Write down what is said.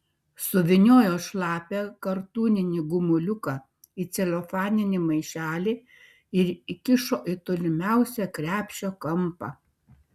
suvyniojo šlapią kartūninį gumuliuką į celofaninį maišelį ir įkišo į tolimiausią krepšio kampą